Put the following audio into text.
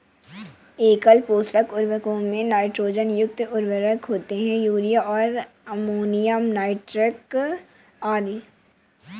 एकल पोषक उर्वरकों में नाइट्रोजन युक्त उर्वरक होते है, यूरिया और अमोनियम नाइट्रेट आदि